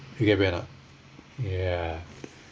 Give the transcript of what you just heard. you get what I mean or not ya